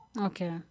Okay